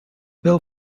bill